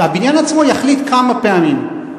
והבניין עצמו יחליט כמה פעמים,